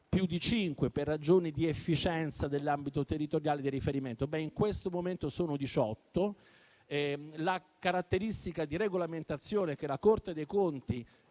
più di cinque, per ragioni di efficienza dell'ambito territoriale di riferimento. In questo momento sono 18; la caratteristica di regolamentazione che la Corte dei conti